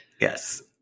Yes